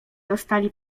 dostali